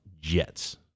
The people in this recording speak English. Jets